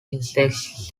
insects